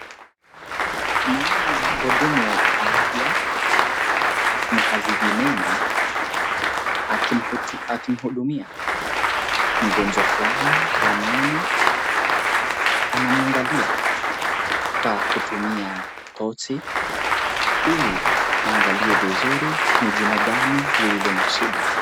Naona mhudumu wa afya, mhazidi meno akimhudumia mgonjwa fulani wa meno, anamwangalia kwa kutumia tochi ili aangalie vizuri ni jino gani lililo na shida.